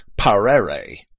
parere